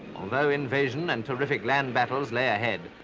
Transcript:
although invasion and terrific land battles lay ahead,